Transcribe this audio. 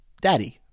daddy